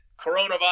coronavirus